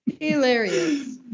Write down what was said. hilarious